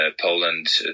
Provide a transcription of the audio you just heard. Poland